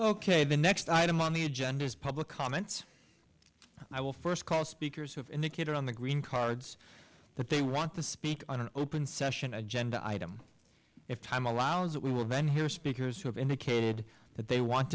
ok the next item on the agenda is public comments i will first called speakers who have indicated on the green cards that they want to speak on an open session agenda item if time allows we will then hear speakers who have indicated that they want